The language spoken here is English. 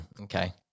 okay